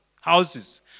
houses